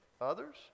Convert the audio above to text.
others